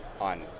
on